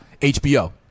HBO